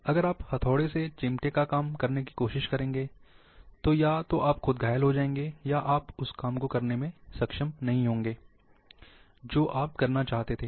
अगर आप हथौड़े से चिमटे का काम करने की कोशिश करेंगे या तो आप खुद घायल हो जाएंगे या आप उस काम को करने मेन सक्षम नहीं होंगे जो आप करना चाहते थे